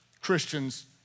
Christians